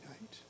night